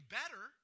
better